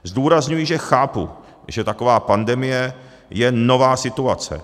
Zdůrazňuji, že chápu, že taková pandemie je nová situace.